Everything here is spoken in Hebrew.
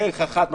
דרך אחת היא